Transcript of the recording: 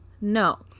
No